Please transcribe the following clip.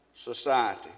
society